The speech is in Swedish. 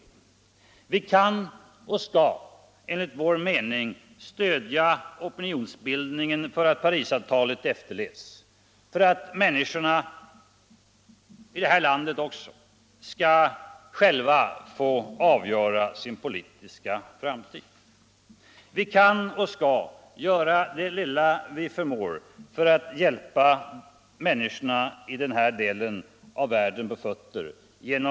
Sverige kan och skall enligt vår mening stödja opinionsbildningen för att Parisavtalet efterlevs, för att människorna också i Vietnam skall få avgöra sin politiska framtid. Vi kan och skall göra det lilla vi förmår för att genom långsiktig utvecklingshjälp hjälpa människorna i den här delen av världen på fötter.